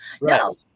no